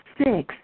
six